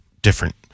different